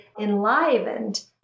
enlivened